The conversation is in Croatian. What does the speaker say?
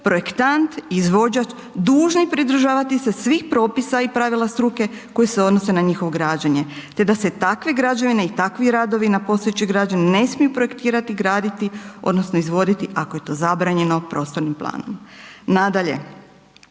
projektant, izvođač, dužni pridržavati se svih propisa i pravila struke koji se odnose na njihovo građenje te da se takve građevine i takvi radovi na postojećoj građevini ne smiju projektirati i graditi odnosno izvoditi ako je to zabranjeno prostornim planom. Nadalje,